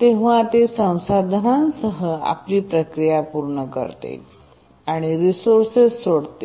तेव्हा ते संसाधनासह आपली प्रक्रिया पूर्ण करते आणि रिसोर्सेस सोडते